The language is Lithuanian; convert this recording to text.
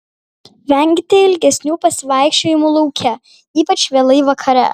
venkite ilgesnių pasivaikščiojimų lauke ypač vėlai vakare